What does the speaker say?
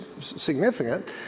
significant